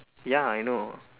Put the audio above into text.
ya I know